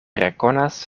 rekonas